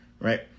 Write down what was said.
Right